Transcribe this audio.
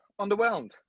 underwhelmed